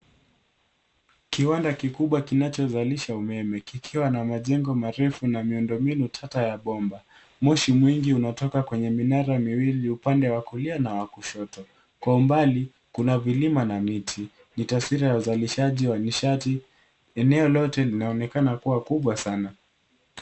Kiwanda kikubwa kinachozalisha umeme kikiwa na majengo marefu na miundombinu tata ya bomba. Moshi mwingi unatoka kwenye minara miwili upande wa kulia na wa kushoto. Kwa umbali kuna vilima na miti. Ni taswira ya uzalishaji wa nishati. Eneo lote linaonekana kuwa kubwa sana.